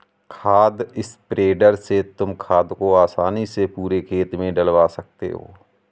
खाद स्प्रेडर से तुम खाद को आसानी से पूरे खेत में डलवा सकते हो